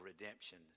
redemption